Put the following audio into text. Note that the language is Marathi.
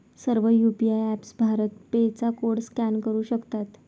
सर्व यू.पी.आय ऍपप्स भारत पे चा कोड स्कॅन करू शकतात